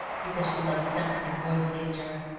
because she loved sentiment more than nature.